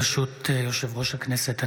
ברשות יושב-ראש הכנסת,